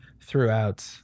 throughout